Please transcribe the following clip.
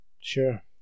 Sure